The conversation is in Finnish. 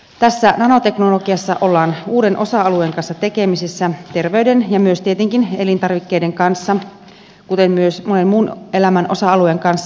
tässä nanoteknologiassa ollaan uuden osa alueen kanssa tekemisissä terveyden ja myös tietenkin elintarvikkeiden kanssa kuten myös monen muun elämän osa alueen kanssa